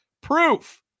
proof